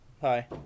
Hi